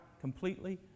completely